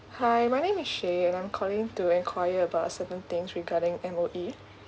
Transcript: hi my name is sherry and I'm calling to enquire about certain things regarding M_O_E